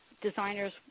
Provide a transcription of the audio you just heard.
designers